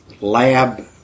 lab